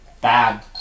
bad